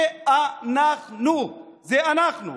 זה אנחנו, זה אנחנו.